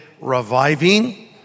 reviving